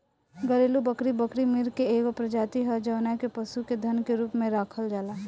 घरेलु बकरी, बकरी मृग के एगो प्रजाति ह जवना के पशु के धन के रूप में राखल जाला